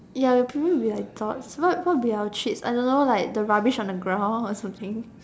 ya it will probably be like dogs what what would be our treats I don't know like the rubbish on the ground or something